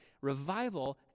Revival